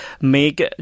make